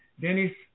Dennis